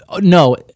no